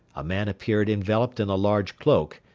a man appeared enveloped in a large cloak,